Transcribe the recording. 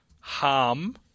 harm